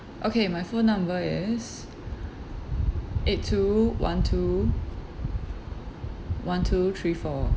okay my phone number is eight two one two one two three four